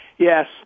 Yes